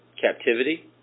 captivity